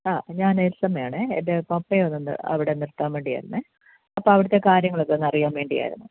ആ ഞാൻ എൽസമ്മയാണ് എൻ്റെ പപ്പയെ ഒന്ന് അവിടെ നിർത്താൻ വേണ്ടി ആയിരുന്നു അപ്പോൾ അവിടുത്തെ കാര്യങ്ങളൊക്കെ ഒന്ന് അറിയാൻ വേണ്ടിയായിരുന്നു